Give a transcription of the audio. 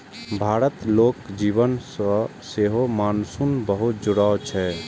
भारतक लोक जीवन सं सेहो मानसूनक बहुत जुड़ाव छै